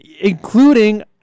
including